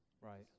Right